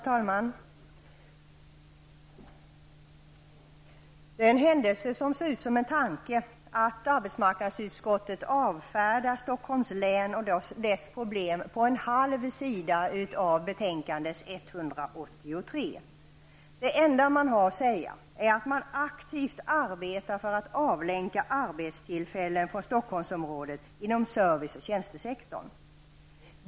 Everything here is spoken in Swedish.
Herr talman! Det är en händelse som ser ut som en tanke att arbetsmarknadsutskottet avfärdar Stockholms län och dess problem på en halv sida av betänkandets 183 sidor. Det enda man har att säga är att man aktivt arbetar för att avlänka arbetstillfällen från Stockholmsområdet inom service och tjänstesektorn.